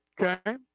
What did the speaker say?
Okay